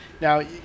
Now